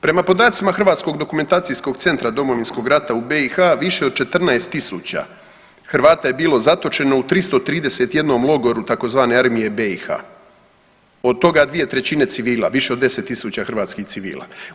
Prema podacima Hrvatskog dokumentacijskog centra Domovinskog rata u BiH više od 14.000 Hrvata je bilo zatočeno u 331 logoru tzv. Armije BiH, od toga 2/3 civila, više od 10.000 hrvatskih civila.